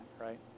right